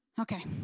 Okay